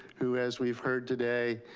who as we've heard today,